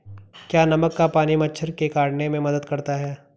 क्या नमक का पानी मच्छर के काटने में मदद करता है?